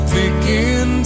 begin